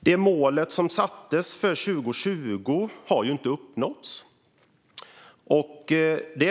Det mål som sattes för 2020 har inte uppnåtts.